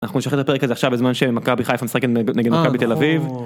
אנחנו נשחרר את הפרק הזה עכשיו בזמן שמכבי חיפה משחקת נגד נגד תל אביב.